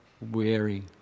weary